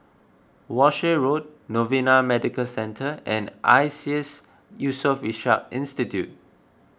Walshe Road Novena Medical Centre and Iseas Yusof Ishak Institute